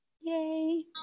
yay